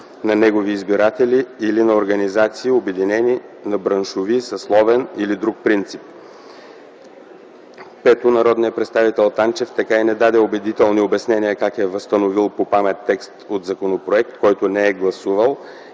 на негови избиратели или на организации, обединени на браншови, съсловен или друг принцип. Пето, народният представител Танчев така и не даде убедителни обяснения как е възстановил „по памет” текст от законопроект, който не е гласувал